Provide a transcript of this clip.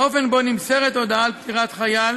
האופן שבו נמסרת הודעה על פטירת חייל